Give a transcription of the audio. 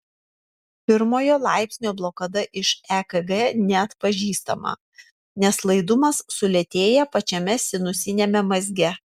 pirmojo laipsnio blokada iš ekg neatpažįstama nes laidumas sulėtėja pačiame sinusiniame mazge